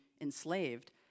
enslaved